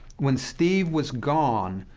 when steve was gone,